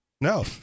No